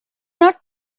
not